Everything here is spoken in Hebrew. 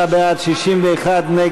59 בעד, 61 נגד.